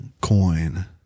coin